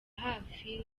hafi